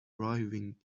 arriving